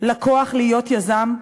לכוח להיות יזם,